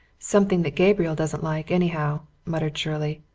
something that gabriel doesn't like, anyhow, muttered shirley.